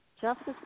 justice